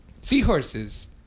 Seahorses